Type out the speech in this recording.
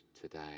today